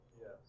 Yes